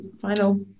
final